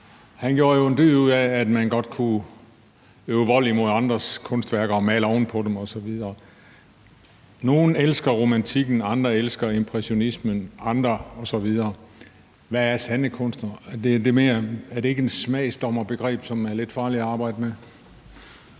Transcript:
Han gjorde jo en dyd ud af, at man godt kunne øve vold imod andres kunstværker og male oven på dem osv. Nogle elsker romantikken, andre elsker impressionismen osv. Hvad er sande kunstnere? Er det ikke et smagsdommerbegreb, som er lidt farligt at arbejde med?